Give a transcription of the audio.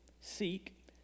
Seek